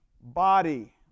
Body